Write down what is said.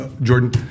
Jordan